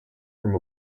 from